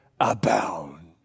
abound